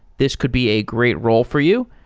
this could be a great role for you,